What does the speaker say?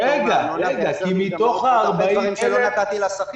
פטור מארנונה ו-10,500 ועוד הרבה מאוד דברים שלא נתתי לשכיר.